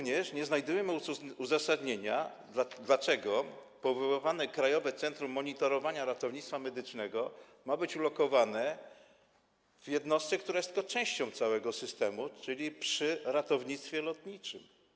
Nie znajdujemy uzasadnienia również tego, dlaczego powoływane Krajowe Centrum Monitorowania Ratownictwa Medycznego ma być ulokowane w jednostce, która jest tylko częścią całego systemu, czyli przy ratownictwie lotniczym.